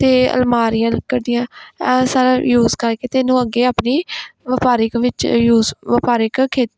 ਅਤੇ ਅਲਮਾਰੀਆਂ ਲੱਕੜ ਦੀਆਂ ਇਹ ਸਾਰਾ ਯੂਜ ਕਰਕੇ ਅਤੇ ਇਹਨੂੰ ਅੱਗੇ ਆਪਣੀ ਵਪਾਰਕ ਵਿੱਚ ਯੂਜ ਵਪਾਰਕ ਖੇ